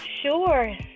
Sure